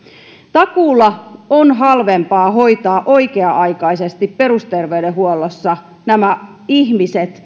takuulla on halvempaa hoitaa oikea aikaisesti perusterveydenhuollossa nämä ihmiset